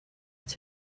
its